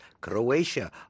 Croatia